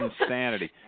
insanity